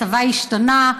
הצבא השתנה,